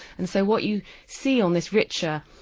and so what you see on this richer,